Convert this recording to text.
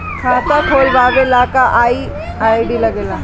खाता खोलवावे ला का का आई.डी लागेला?